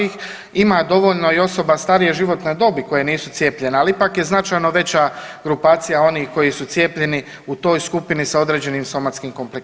Ima dovoljno i osoba starije životne dobi koje nisu cijepljene, ali ipak je značajno veća grupacija onih koji su cijepljeni u toj skupini sa određenim somatskim komplikacijama.